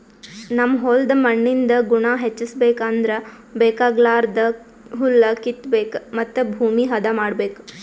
ನಮ್ ಹೋಲ್ದ್ ಮಣ್ಣಿಂದ್ ಗುಣ ಹೆಚಸ್ಬೇಕ್ ಅಂದ್ರ ಬೇಕಾಗಲಾರ್ದ್ ಹುಲ್ಲ ಕಿತ್ತಬೇಕ್ ಮತ್ತ್ ಭೂಮಿ ಹದ ಮಾಡ್ಬೇಕ್